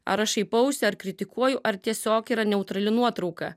ar aš šaipausi ar kritikuoju ar tiesiog yra neutrali nuotrauka